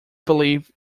believed